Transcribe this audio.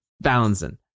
Balancing